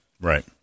Right